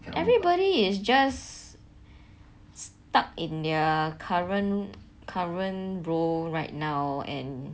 everybody is just stuck in their current current role right now and